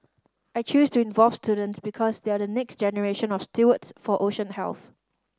I chose to involve students because they are the next generation of stewards for ocean health